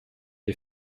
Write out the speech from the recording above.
est